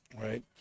Right